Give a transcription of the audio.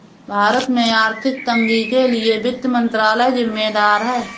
भारत में आर्थिक तंगी के लिए वित्त मंत्रालय ज़िम्मेदार है